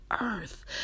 earth